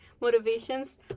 motivations